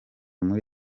muri